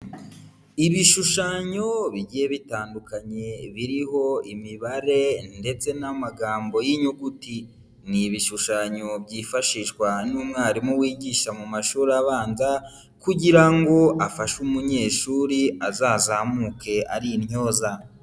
Ibishushanyo bigiye bitandukanye biriho imibare ndetse n'amagambo y'inyuguti. Ni ibishushanyo byifashishwa n'umwarimu wigisha mu mashuri abanza kugira ngo afashe umunyeshuri azazamuke ari intyoza.